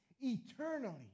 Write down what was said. eternally